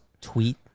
tweet